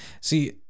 See